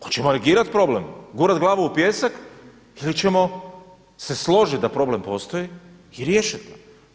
Hoćemo li negirati problem, gurat glavu u pijesak ili ćemo se složit da problem postoji i riješit ga.